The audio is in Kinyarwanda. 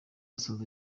asoza